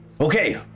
Okay